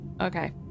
okay